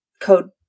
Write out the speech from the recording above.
code